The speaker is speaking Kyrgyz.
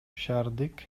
шаардык